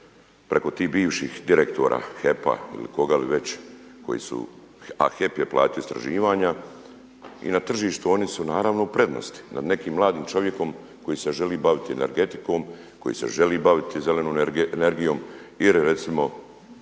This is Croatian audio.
preko tih bivših direktora HEP-a ili koga li već koji su, a HEP je platio istraživanja. I na tržištu oni su naravno u prednosti. Nad nekim mladim čovjekom koji se želi baviti energetikom, koji se želi baviti zelenom energijom. Ili recimo